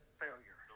failure